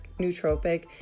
nootropic